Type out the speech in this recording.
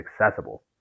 accessible